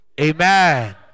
Amen